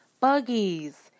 buggies